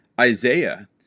isaiah